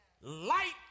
Light